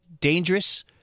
dangerous